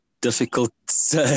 difficult